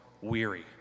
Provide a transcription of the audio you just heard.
weary